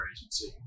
agency